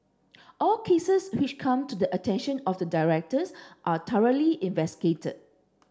all cases which come to the attention of the directors are thoroughly investigated